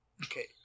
Okay